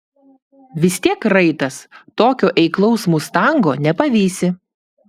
vis tiek raitas tokio eiklaus mustango nepavysi